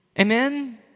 Amen